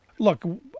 Look